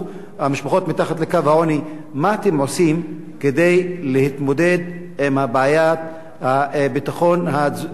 מה אתם עושים כדי להתמודד עם בעיית הביטחון התזונתי ביישובים הערביים?